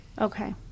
Okay